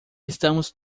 estamos